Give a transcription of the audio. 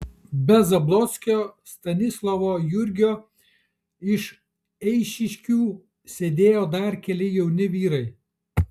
be zablockio stanislovo jurgio iš eišiškių sėdėjo dar keli jauni vyrai